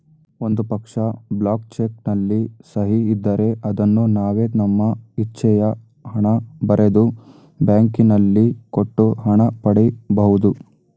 ಒಂದು ಪಕ್ಷ, blank cheque ನಲ್ಲಿ ಸಹಿ ಇದ್ದರೆ ಅದನ್ನು ನಾವೇ ನಮ್ಮ ಇಚ್ಛೆಯ ಹಣ ಬರೆದು, ಬ್ಯಾಂಕಿನಲ್ಲಿ ಕೊಟ್ಟು ಹಣ ಪಡಿ ಬಹುದು